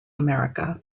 america